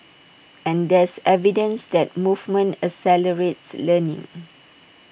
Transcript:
and there's evidence that movement accelerates learning